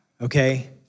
Okay